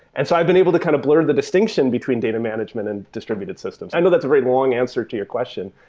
and so i've been able to kind of blur the distinction between data management and distributed systems. i know that's a very long answer to your question,